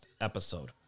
episode